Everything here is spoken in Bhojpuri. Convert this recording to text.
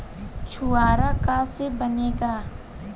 छुआरा का से बनेगा?